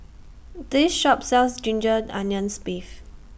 This Shop sells Ginger Onions Beef